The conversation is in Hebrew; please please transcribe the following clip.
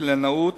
קלינאות